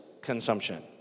consumption